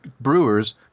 brewers